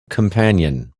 companion